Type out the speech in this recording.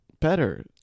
better